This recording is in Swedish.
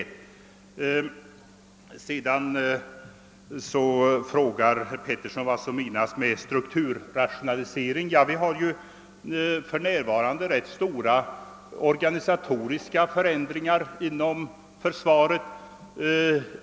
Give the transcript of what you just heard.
Herr Petersson frågade vad som menas med strukturrationalisering. Det äger ju för närvarande rum rätt stora organisatoriska förändringar inom försvaret.